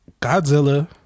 Godzilla